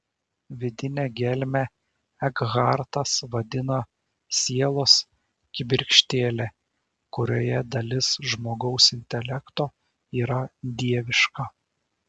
vidinę gelmę ekhartas vadina sielos kibirkštėle kurioje dalis žmogaus intelekto yra dieviška